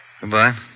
Goodbye